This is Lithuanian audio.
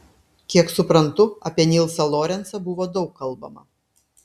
kiek suprantu apie nilsą lorencą buvo daug kalbama